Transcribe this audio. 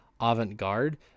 avant-garde